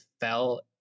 fell